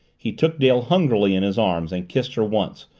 he took dale hungrily in his arms and kissed her once,